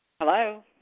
hello